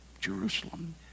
Jerusalem